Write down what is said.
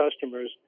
customers